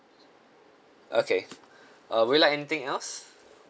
okay uh would you like anything else